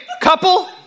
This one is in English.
couple